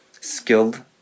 skilled